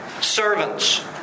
Servants